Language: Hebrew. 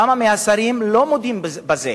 שכמה מהשרים לא מודים בזה.